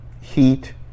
heat